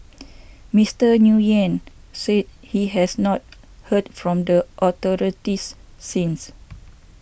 Mister Nguyen said he has not heard from the authorities since